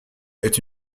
est